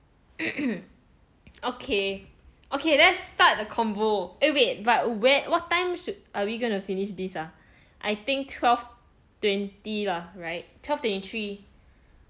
okay okay let's start a convo eh wait but where what time should are we gonna finish this ah I think twelve twenty lah right twelve twenty three